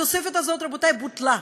התוספת הזאת, רבותי, בוטלה.